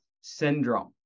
syndrome